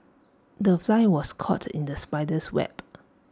the fly was caught in the spider's web